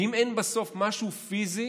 ואם אין בסוף משהו פיזי,